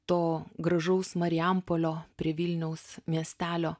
to gražaus marijampolio prie vilniaus miestelio